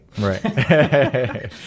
Right